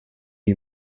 you